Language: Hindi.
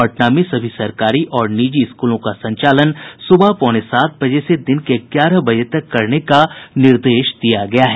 पटना में सभी सरकारी और निजी स्कूलों का संचालन सुबह पौने सात बजे से दिन के ग्यारह बजे तक करने का निर्देश दिया गया है